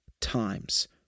times